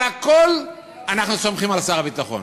בכול אנחנו סומכים על שר הביטחון: